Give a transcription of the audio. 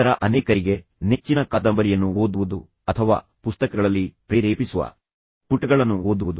ಇತರ ಅನೇಕರಿಗೆ ನೆಚ್ಚಿನ ಕಾದಂಬರಿಯನ್ನು ಓದುವುದು ಅಥವಾ ಪುಸ್ತಕಗಳಲ್ಲಿ ಪ್ರೇರೇಪಿಸುವ ಪುಟಗಳನ್ನು ಓದುವುದು